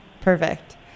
Perfect